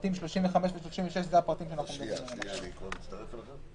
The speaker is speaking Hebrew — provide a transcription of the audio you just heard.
פרטים 35 ו-36 אלה הפרטים שאנחנו מדברים עליהם עכשיו.